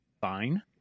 fine